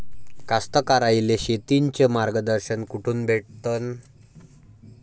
कास्तकाराइले शेतीचं मार्गदर्शन कुठून भेटन?